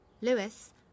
Lewis